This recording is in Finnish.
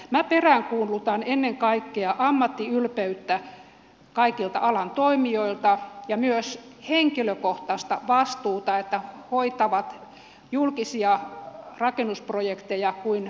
minä peräänkuulutan ennen kaikkea ammattiylpeyttä kaikilta alan toimijoilta ja myös henkilökohtaista vastuuta että hoitavat julkisia rakennusprojekteja kuin omiaan